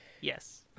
yes